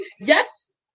yes